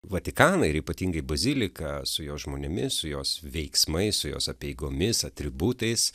vatikaną ir ypatingai baziliką su jos žmonėmis su jos veiksmais su jos apeigomis atributais